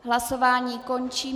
Hlasování končím.